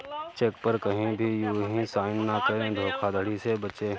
check पर कहीं भी यू हीं साइन न करें धोखाधड़ी से बचे